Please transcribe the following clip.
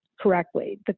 correctly